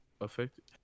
Affected